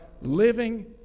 living